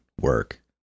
work